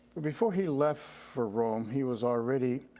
before he left for rome, he was already